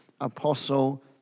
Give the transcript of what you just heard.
apostle